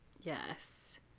Yes